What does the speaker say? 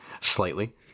slightly